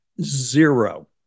zero